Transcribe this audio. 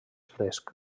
fresc